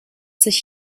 sich